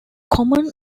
common